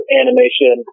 animation